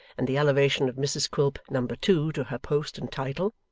and the elevation of mrs quilp number two to her post and title,